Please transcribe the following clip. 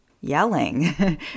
yelling